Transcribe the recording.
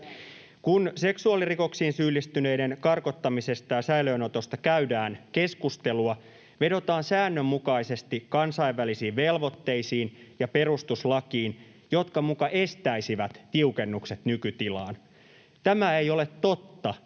Kun seksuaalirikoksiin syyllistyneiden karkottamisesta ja säilöönotosta käydään keskustelua, vedotaan säännönmukaisesti kansainvälisiin velvoitteisiin ja perustuslakiin, jotka muka estäisivät tiukennukset nykytilaan. Tämä ei ole totta,